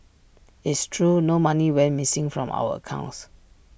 it's true no money went missing from our accounts